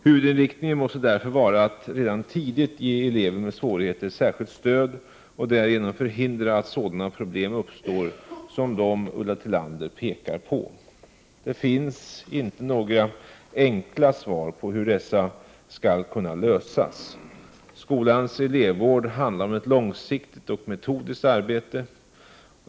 Huvudinriktningen måste därför vara att redan tidigt ge elever med svårigheter särskilt stöd och därigenom förhindra att sådana problem uppstår som dem Ulla Tillander pekar på. Det finns inte några enkla svar på hur dessa skall kunna lösas. Skolans elevvård handlar om ett långsiktigt och metodiskt arbete.